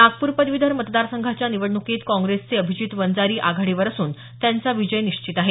नागपूर पदवीधर मतदारसंघाच्या निवडणुकीत काँग्रेसचे अभिजित वंजारी आघाडीवर असून त्यांचा विजय निश्चित आहे